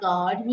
God